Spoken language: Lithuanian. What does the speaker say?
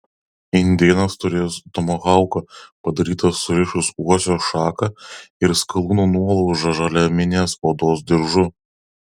indėnas turės tomahauką padarytą surišus uosio šaką ir skalūno nuolaužą žaliaminės odos diržu